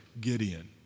Gideon